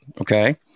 okay